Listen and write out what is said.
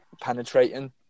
penetrating